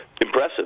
impressive